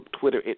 Twitter